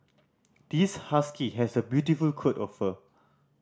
this husky has a beautiful coat of fur